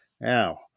Now